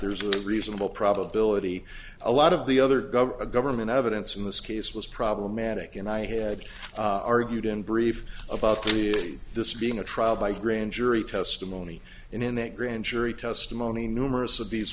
there's a reasonable probability a lot of the other gov the government evidence in this case was problematic and i had argued in brief about this being a trial by grand jury testimony and in that grand jury testimony numerous of these